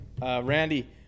Randy